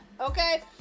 Okay